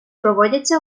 проводяться